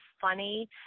funny